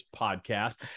podcast